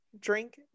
drink